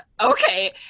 okay